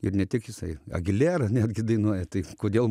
ir ne tik jisai agilera netgi dainuoja tai kodėl